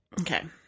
Okay